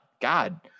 God